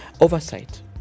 oversight